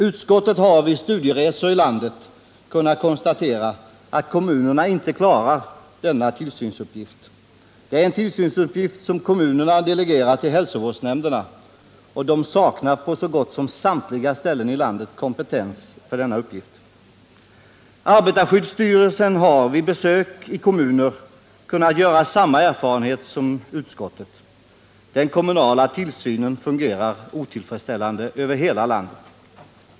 Utskottet har vid studieresor i landet kunnat konstatera att kommunerna inte klarar denna tillsynsuppgift. De delegerar den till hälsovårdsnämnderna, och de saknar på så gott som samtliga ställen i landet kompetens för denna uppgift. Arbetarskyddsstyrelsen har vid besök i kommuner kunnat göra samma erfarenhet som utskottet: den kommunala tillsynen fungerar otillfredsställande över hela landet.